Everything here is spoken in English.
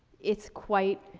it's quite,